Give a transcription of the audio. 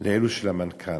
לאלו של המנכ"ל".